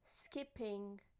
skipping